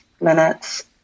minutes